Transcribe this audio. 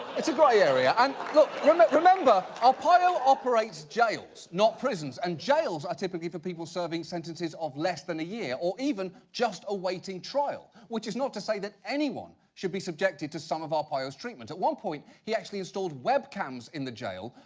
it's a grey area. and look, remem um remember arpaio operates jails, not prisons, and jails. are typically for people serving sentences of less than a year or even just awaiting trial, which is not to say that anyone should be subjected to some of arpaio's treatment. at one point, he actually installed web cams in the jail,